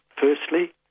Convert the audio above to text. Firstly